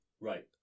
Right